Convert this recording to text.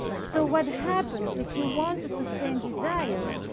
so what happens, if you want to sustain desire,